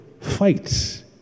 fights